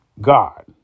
God